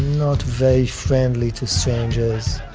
not very friendly to strangers.